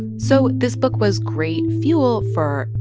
so this book was great fuel for.